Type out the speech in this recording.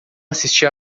assisti